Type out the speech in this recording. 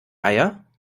eier